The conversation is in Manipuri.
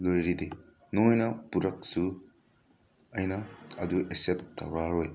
ꯂꯣꯏꯔꯗꯤ ꯅꯣꯏꯅ ꯄꯨꯔꯛꯑꯁꯨ ꯑꯩꯅ ꯑꯗꯨ ꯑꯦꯛꯁꯦꯞ ꯇꯧꯔꯔꯣꯏ